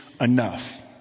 enough